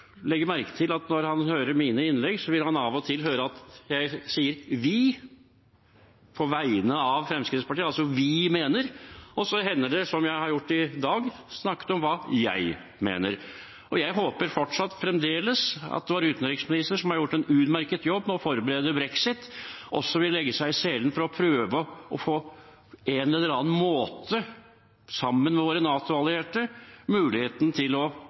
legge merke til at når han hører mine innlegg, vil han av og til høre at jeg sier «vi» – på vegne av Fremskrittspartiet, altså «vi mener» – og så hender det, som jeg har gjort i dag, at jeg snakker om hva jeg mener. Jeg håper fremdeles at vår utenriksminister, som har gjort en utmerket jobb med å forberede brexit, også vil legge seg i selen for å prøve på en eller annen måte, sammen med våre NATO-allierte, å få muligheten til å